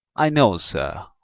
i know, sir,